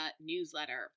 newsletter